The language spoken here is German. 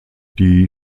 die